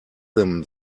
them